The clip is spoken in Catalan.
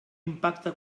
impacte